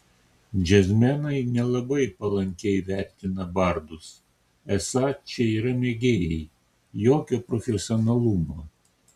džiazmenai nelabai palankiai vertina bardus esą čia yra mėgėjai jokio profesionalumo